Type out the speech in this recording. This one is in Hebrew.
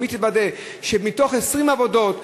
שמתוך 20 עבודות,